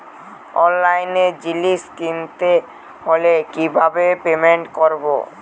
অনলাইনে জিনিস কিনতে হলে কিভাবে পেমেন্ট করবো?